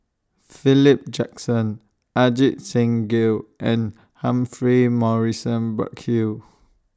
Philip Jackson Ajit Singh Gill and Humphrey Morrison Burkill